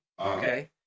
Okay